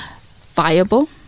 viable